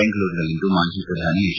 ಬೆಂಗಳೂರಿನಲ್ಲಿಂದು ಮಾಜಿ ಪ್ರಧಾನಿ ಎಜ್